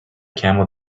camel